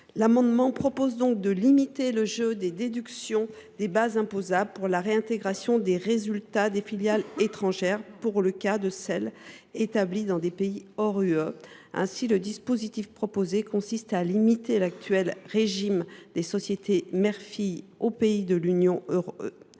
Il tend ainsi à limiter le jeu des déductions de bases imposables pour la réintégration des résultats des filiales étrangères établies dans des pays hors UE. Le dispositif proposé consiste donc à limiter l’actuel régime des sociétés mère fille aux pays de l’Union européenne